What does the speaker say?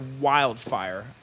wildfire